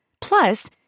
Plus